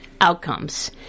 outcomes